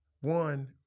One